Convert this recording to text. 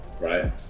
right